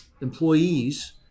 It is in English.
employees